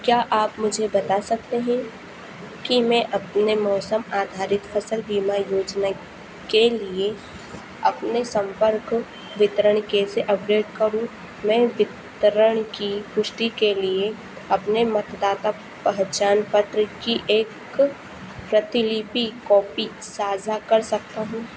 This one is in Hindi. क्या आप मुझे बता सकते हैं कि मैं अपने मौसम आधारित फसल बीमा योजना के लिए अपना संपर्क विवरण केसे अपडेट मैं विवरण की पुष्टि के लिए अपने मतदाता पहचान पत्र की एक प्रतिलिपि कॉपी साझा कर सकता हूँ